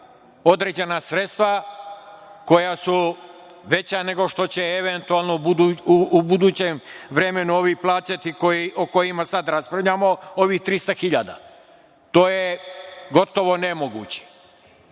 određena sredstva koja su veća nego što će eventualno u budućem vremenu ovi plaćati o kojima sad raspravljamo, ovih 300 hiljada. To je gotovo nemoguće.